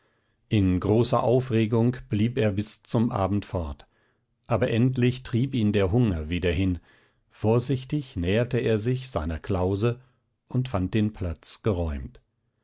in großer aufregung blieb er bis zum abend fort aber endlich trieb ihn der hunger wieder hin vorsichtig näherte er sich seiner klause und fand den platz geräumt